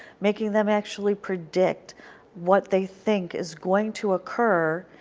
making them actually predict what they think is going to occur,